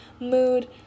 mood